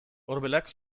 orbelak